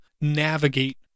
navigate